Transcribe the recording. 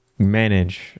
manage